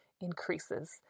increases